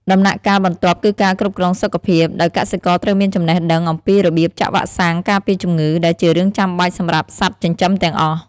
ដំណាក់កាលបន្ទាប់គឺការគ្រប់គ្រងសុខភាព ដោយកសិករត្រូវមានចំណេះដឹងអំពីរបៀបចាក់វ៉ាក់សាំងការពារជំងឺ ដែលជារឿងចាំបាច់សម្រាប់សត្វចិញ្ចឹមទាំងអស់។